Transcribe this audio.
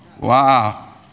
Wow